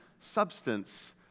substance